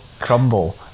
crumble